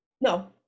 No